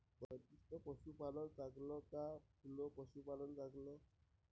बंदिस्त पशूपालन चांगलं का खुलं पशूपालन चांगलं?